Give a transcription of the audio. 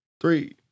Three